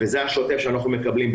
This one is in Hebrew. וזה השוטף שאנחנו מקבלים.